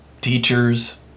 teachers